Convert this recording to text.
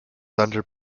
thunder